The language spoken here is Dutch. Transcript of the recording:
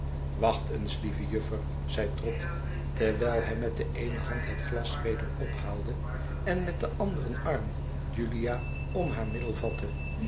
wacht eens lieve juffer zeide trott terwijl hij met de eene hand het glas weder ophaalde en met den anderen arm julia om haar middel vatte